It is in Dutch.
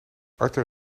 arthur